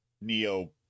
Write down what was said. Neo